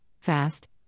fast